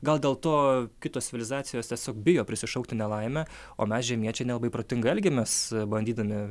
gal dėl to kitos civilizacijos tiesiog bijo prisišaukti nelaimę o mes žemiečiai nelabai protingai elgiamės bandydami